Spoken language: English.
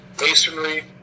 masonry